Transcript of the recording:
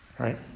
Right